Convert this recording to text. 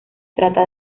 trata